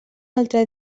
altre